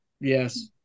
Yes